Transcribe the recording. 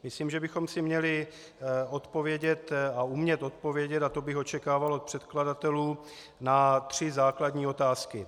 Myslím, že bychom si měli odpovědět a umět odpovědět, a to bych očekával od předkladatelů, na tři základní otázky.